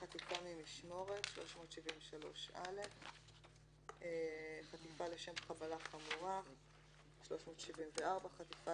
"חטיפה ממשמורת"; 374. "חטיפה לשם חבלה"; 374א. "חטיפה